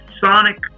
sonic